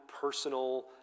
personal